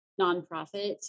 nonprofit